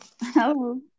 Hello